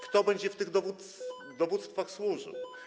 Kto będzie w tych dowództwach służył?